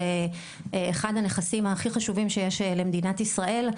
זה אחד הנכסים הכי חשובים שיש למדינת ישראל,